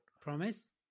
Promise